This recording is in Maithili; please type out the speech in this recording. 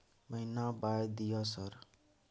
महीना बाय दिय सर?